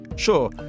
Sure